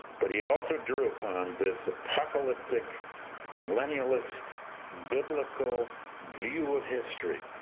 but he also drew upon this apocalyptic millennialist biblical view of history.